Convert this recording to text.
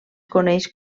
coneix